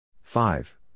Five